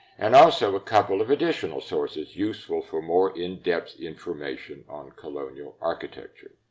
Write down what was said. and also a couple of additional sources useful for more in-depth information on colonial architecture.